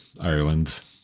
Ireland